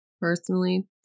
Personally